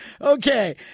okay